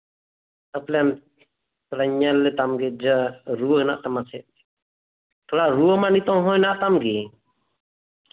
ᱟᱹᱯᱞᱟᱹᱱᱛ ᱛᱷᱚᱲᱟᱧ ᱧᱮᱞ ᱞᱮᱛᱟᱢ ᱜᱮ ᱡᱮ ᱨᱩᱣᱟᱹ ᱦᱮᱱᱟᱜ ᱛᱟᱢᱟ ᱥᱮ ᱪᱮᱫ ᱛᱷᱚᱲᱟ ᱨᱩᱣᱟᱹ ᱢᱟ ᱱᱤᱛᱳᱜ ᱦᱚᱸ ᱢᱮᱱᱟᱜ ᱛᱟᱢ ᱜᱮ